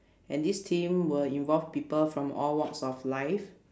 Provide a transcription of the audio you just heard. and this team will involve people from all walks of life